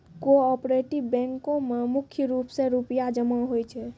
cooperative बैंको म मुख्य रूप से रूपया जमा होय छै